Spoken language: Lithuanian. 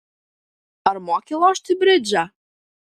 ar moki lošti bridžą